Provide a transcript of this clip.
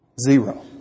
Zero